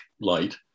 light